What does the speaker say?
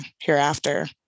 hereafter